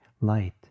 light